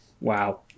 Wow